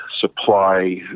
supply